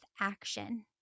action